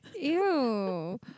Ew